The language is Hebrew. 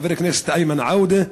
חבר הכנסת איימן עודה: